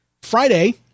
Friday